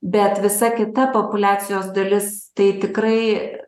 bet visa kita populiacijos dalis tai tikrai